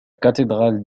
cathédrale